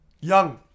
young